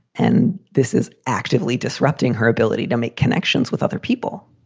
and this is actively disrupting her ability to make connections with other people